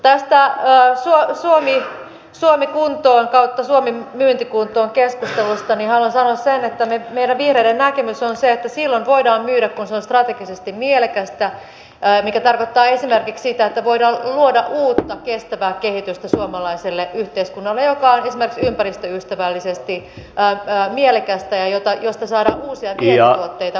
tästä suomi kuntoon ja suomi myyntikuntoon keskustelusta haluaisin sanoa sen että meidän vihreiden näkemys on se että silloin voidaan myydä kun se on strategisesti mielekästä mikä tarkoittaa esimerkiksi sitä että voidaan luoda suomalaiselle yhteiskunnalle uutta kestävää kehitystä joka on esimerkiksi ympäristöystävällisesti mielekästä ja josta saadaan uusia vientituotteita ulkomaille